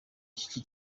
cy’iki